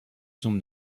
zum